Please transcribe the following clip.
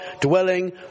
dwelling